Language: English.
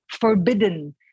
forbidden